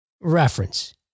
reference